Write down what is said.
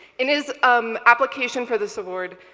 in his um application for this award,